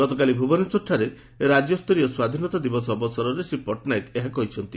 ଗତକାଲି ଭୁବନେଶ୍ୱରଠାରେ ରାକ୍ୟସ୍ତରୀୟ ସ୍ୱାଧୀନତା ଦିବସ ଅବସରେ ଶ୍ରୀ ପଟ୍ଟନାୟକ ଏହା କହିଛନ୍ତି